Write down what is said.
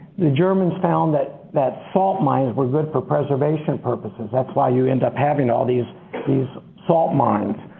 the germans found that that salt mines were good for preservation purposes. that's why you end up having all these these salt mines.